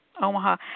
Omaha